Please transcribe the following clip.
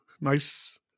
Nice